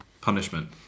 punishment